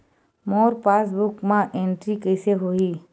मोर passbook मा entry कइसे होही?